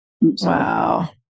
Wow